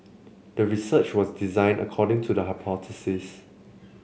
the research was designed according to the hypothesis